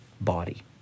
body